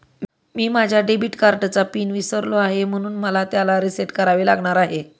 मी माझ्या डेबिट कार्डचा पिन विसरलो आहे म्हणून मला त्याला रीसेट करावे लागणार आहे